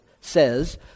says